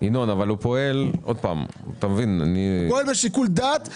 הוא פועל בשיקול דעת לעצמו.